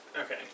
okay